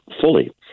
fully